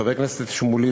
חבר הכנסת שמולי